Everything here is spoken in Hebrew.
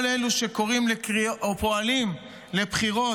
כל אלה שקוראים או פועלים לבחירות,